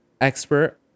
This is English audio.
expert